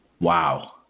Wow